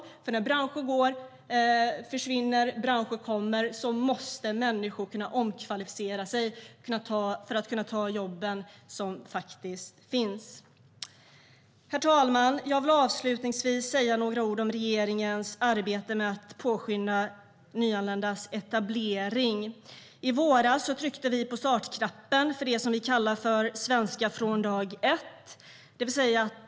När branscher försvinner och branscher kommer måste människor kunna omkvalificera sig för att kunna ta de jobb som faktiskt finns. Herr talman! Jag vill avslutningsvis säga några ord om regeringens arbete med att påskynda nyanländas etablering. I våras tryckte vi på startknappen för det som vi kallar svenska från dag ett.